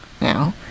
now